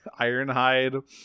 Ironhide